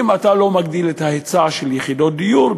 אם אתה לא מגדיל את ההיצע של יחידות הדיור,